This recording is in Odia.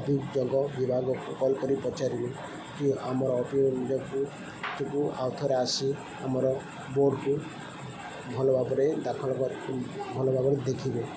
ଅଭିଯୋଗ ବିଭାଗକୁ କଲ୍ କରି ପଚାରିବୁ କି ଆମର ଅଭିଯୋଗକୁ ଆଉ ଥରେ ଆସି ଆମର ବୋର୍ଡ଼୍କୁ ଭଲ ଭାବରେ ଦାଖଲ ଭାବରେ ଦେଖିବେ